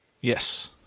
Yes